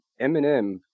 eminem